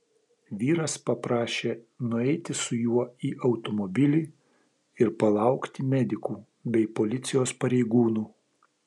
vyras paprašė nueiti su juo į automobilį ir palaukti medikų bei policijos pareigūnų